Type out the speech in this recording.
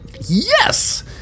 Yes